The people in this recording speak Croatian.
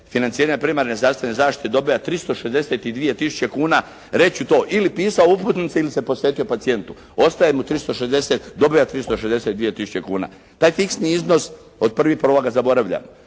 financiranja primarne zdravstvene zaštite dobiva 362000 kuna reći ću to ili pisao uputnice ili se posvetio pacijentu. Ostaje mu 360, dobiva 362000 kuna. Taj fiksni iznos od 1.1. zaboravlja.